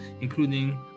including